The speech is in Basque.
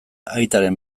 aitaren